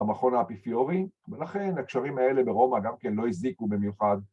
‫במכון האפיפיורי, ולכן הקשרים האלה ‫ברומא גם כן לא הזיקו במיוחד.